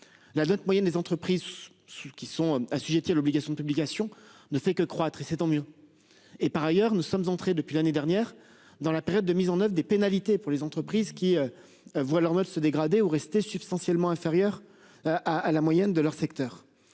La dette moyenne des entreprises, ceux qui sont assujettis à l'obligation de publication ne fait que croître et c'est tant mieux. Et par ailleurs nous sommes entrés depuis l'année dernière dans la période de mise en oeuvre des pénalités pour les entreprises qui. Voient leur mode se dégrader ou rester substantiellement inférieur. À la moyenne de leur secteur,